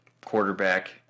quarterback